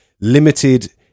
limited